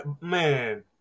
man